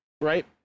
right